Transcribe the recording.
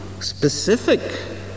specific